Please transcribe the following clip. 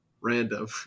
random